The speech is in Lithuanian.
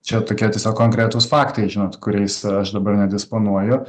čia tokie tiesiog konkretūs faktai žinot kuriais aš dabar nedisponuoju